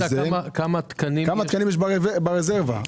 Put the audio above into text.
כמה תקנים יש ברזרבה?